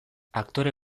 aktore